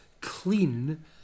clean